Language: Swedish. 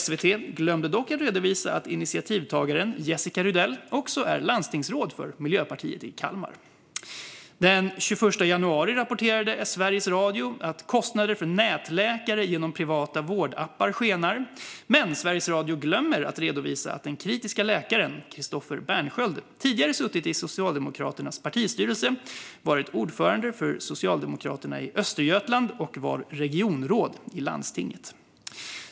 SVT glömde dock redovisa att initiativtagaren Jessica Rydell också är landstingsråd för Miljöpartiet i Kalmar. Den 21 januari rapporterade Sveriges Radio att kostnader för nätläkare genom privata vårdappar skenar. Men Sveriges Radio glömde redovisa att den kritiska läkaren Christoffer Bernsköld tidigare suttit i Socialdemokraternas partistyrelse, varit ordförande för Socialdemokraterna i Östergötland och varit regionråd i landstinget.